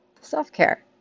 self-care